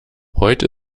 heute